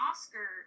Oscar